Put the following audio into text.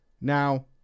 Now